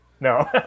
No